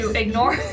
ignore